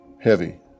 Heavy